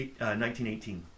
1918